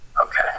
Okay